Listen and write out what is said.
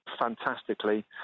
fantastically